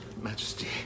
Majesty